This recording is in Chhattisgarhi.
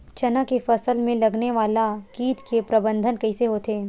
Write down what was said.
चना के फसल में लगने वाला कीट के प्रबंधन कइसे होथे?